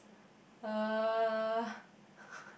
uh